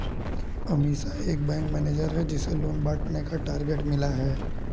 अमीषा एक bank manager है जिसे लोन बांटने का टारगेट मिला